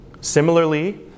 Similarly